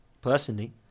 personally